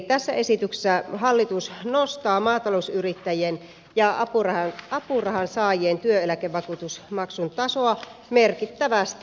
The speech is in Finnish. tässä esityksessä hallitus nostaa maatalousyrittäjien ja apurahansaajien työeläkevakuutusmaksun tasoa merkittävästi